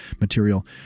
material